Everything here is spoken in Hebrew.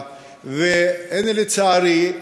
לצערי,